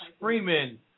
Freeman